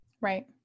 Right